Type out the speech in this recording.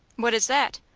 what is that?